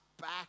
back